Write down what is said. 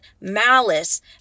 malice